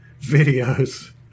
videos